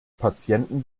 patienten